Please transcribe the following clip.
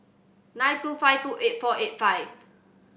nine two five two eight four eight five